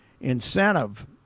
incentive